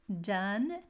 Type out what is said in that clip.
done